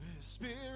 Spirit